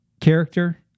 character